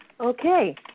Okay